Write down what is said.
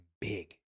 big